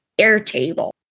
Airtable